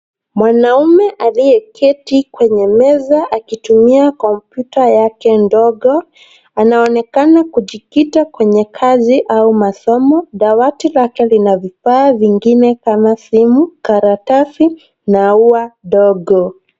Mwanaume aliyeketi kwenye meza akitumia kompyuta yake ndogo, anaonekana kujikita kwenye kazi au masomo. Dawati lake lina vifaa vingine kama simu, karatasi na ua ndogo.